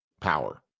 power